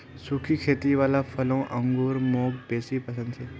सुखी खेती वाला फलों अंगूर मौक बेसी पसन्द छे